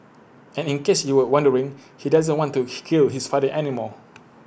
and in case you were wondering he doesn't want to he kill his father anymore